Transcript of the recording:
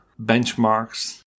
benchmarks